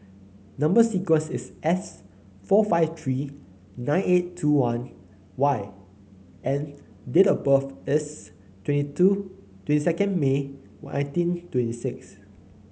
number sequence is S four five three nine eight two one Y and date of birth is twenty two twenty second May nineteen twenty six